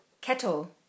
Kettle